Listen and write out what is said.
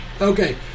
Okay